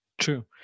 True